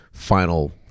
Final